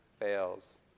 fails